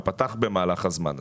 הוא פתח במהלך הזמן הזה.